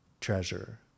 treasure